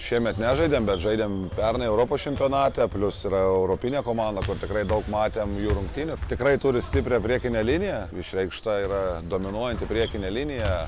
šiemet nežaidėm bet žaidėm pernai europos čempionate plius yra europinė komanda kur tikrai daug matėm jų rungtynių tikrai turi stiprią priekinę liniją išreikšta yra dominuojanti priekinė linija